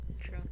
True